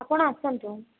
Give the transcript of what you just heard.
ଆପଣ ଆସନ୍ତୁ